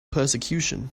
persecution